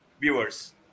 viewers